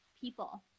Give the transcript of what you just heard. people